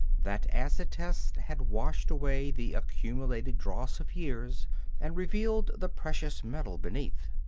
that acid test had washed away the accumulated dross of years and revealed the precious metal beneath.